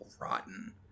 rotten